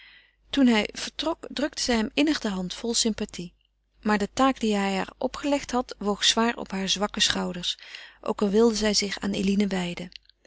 toen hij vertrok drukte zij hem innig de hand vol sympathie maar de taak die hij haar opgelegd had woog zwaar op haar zwakke schouders ook al wilde zij zich aan eline